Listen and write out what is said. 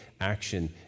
action